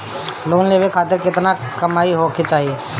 Loan लेवे खातिर केतना कमाई होखे के चाही?